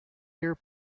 year